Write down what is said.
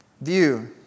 view